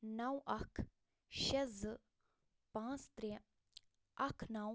نَو اکھ شےٚ زٕ پانٛژھ ترٛےٚ اکھ نَو